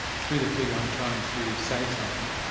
through the figure i'm trying to say something, and